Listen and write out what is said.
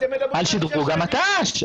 על שדרוג המט"ש.